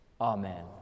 Amen